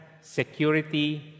security